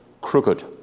crooked